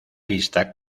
lista